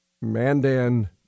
mandan